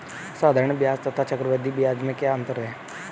साधारण ब्याज तथा चक्रवर्धी ब्याज में क्या अंतर है?